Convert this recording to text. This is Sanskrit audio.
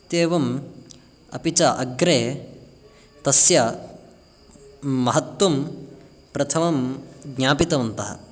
तेवम् अपि च अग्रे तस्य महत्वं प्रथमं ज्ञापितवन्तः